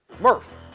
Murph